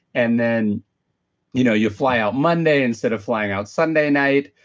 and then you know you fly out monday instead of flying out sunday night.